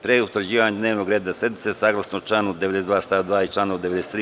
Pre utvrđivanja dnevnog reda sednice saglasno članu 92. stav 2. i članu 93.